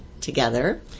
together